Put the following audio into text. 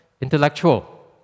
intellectual